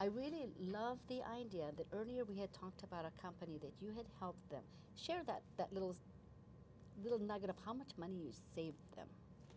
i really love the idea that earlier we had talked about a company that you had helped them share that that little little nugget of how much money you see them